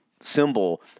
Symbol